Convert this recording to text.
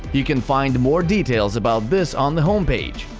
you can find more details about this on the homepage.